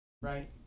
Right